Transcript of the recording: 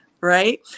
right